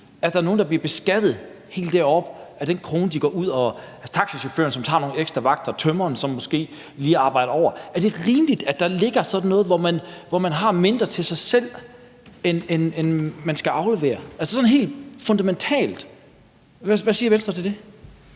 der er nogle, der bliver beskattet helt oppe på det niveau af den krone, de går ud og tjener? Det er taxachaufføren, som tager nogle ekstra vagter; det er tømreren, som måske lige arbejder over. Er det rimeligt, at det er sådan, at man har mindre til sig selv, end man skal aflevere – sådan helt fundamentalt? Hvad siger Venstre til det?